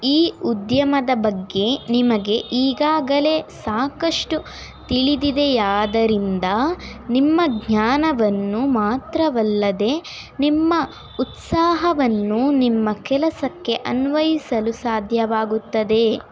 ಈ ಉದ್ಯಮದ ಬಗ್ಗೆ ನಿಮಗೆ ಈಗಾಗಲೇ ಸಾಕಷ್ಟು ತಿಳಿದಿದೆಯಾದ್ದರಿಂದ ನಿಮ್ಮ ಜ್ಞಾನವನ್ನು ಮಾತ್ರವಲ್ಲದೆ ನಿಮ್ಮ ಉತ್ಸಾಹವನ್ನೂ ನಿಮ್ಮ ಕೆಲಸಕ್ಕೆ ಅನ್ವಯಿಸಲು ಸಾಧ್ಯವಾಗುತ್ತದೆ